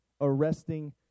arresting